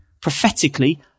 prophetically